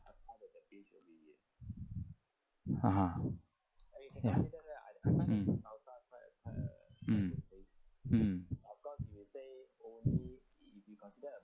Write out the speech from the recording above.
ha ha ya mm mm mm